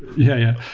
yeah.